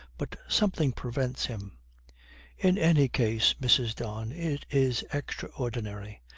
but something prevents him in any case, mrs. don, it is extraordinary.